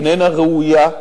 אינה ראויה,